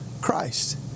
Christ